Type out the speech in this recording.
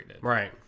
right